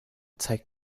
zeigt